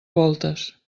voltes